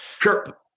Sure